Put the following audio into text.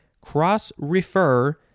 cross-refer